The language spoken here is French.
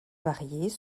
variées